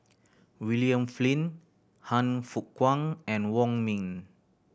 William Flint Han Fook Kwang and Wong Ming